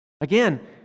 Again